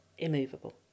immovable